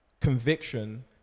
conviction